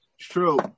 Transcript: true